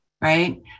right